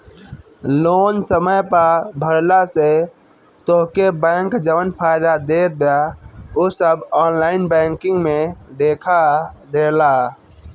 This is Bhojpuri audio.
लोन समय पअ भरला से तोहके बैंक जवन फायदा देत बिया उ सब ऑनलाइन बैंकिंग में देखा देला